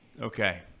Okay